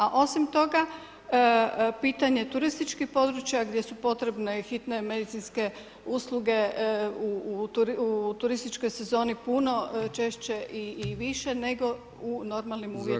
A osim toga, pitanje turističkih područja gdje su potrebne i hitne medicinske usluge u turističkoj sezoni puno je češće i više nego u normalnim uvjetima.